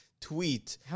tweet